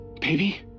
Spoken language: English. Baby